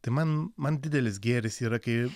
tai man man didelis gėris yra kai